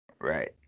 Right